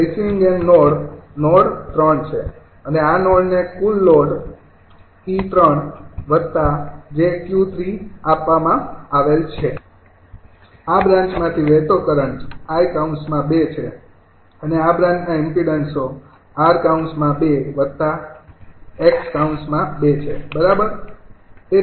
અને receiving end node node ૩ છે અને આ નોડને કુલ લોડ 𝑃૩𝑗𝑄૩ આપવામાં આવેલ છે આ બ્રાન્ચમાંથી વહેતો કરંટ 𝐼૨ છે અને આ બ્રાન્ચના ઇમ્પીડન્સો 𝑟૨𝑗𝑥૨ છે બરાબર